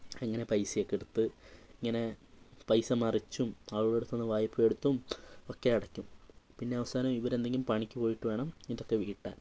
അങ്ങനെ പൈസ ഒക്കെ എടുത്ത് ഇങ്ങനെ പൈസ മറിച്ചും അവരുടെ അടുത്ത് നിന്ന് വായ്പയെടുത്തും ഒക്കെ അടക്കും പിന്നെ അവസാനം ഇവർ എന്തെങ്കിലും പണിക്ക് പോയിട്ട് വേണം ഇതൊക്കെ വീട്ടാൻ